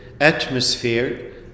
atmosphere